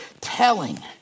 telling